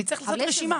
נצטרך לעשות רשימה.